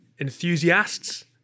enthusiasts